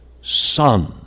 Son